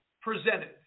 presented